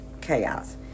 chaos